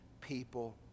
people